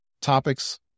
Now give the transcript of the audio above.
topics